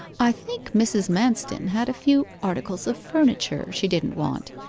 i think mrs. manston had a few articles of furniture she didn't want,